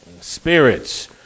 spirits